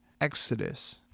Exodus